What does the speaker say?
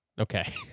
okay